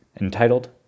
entitled